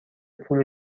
پول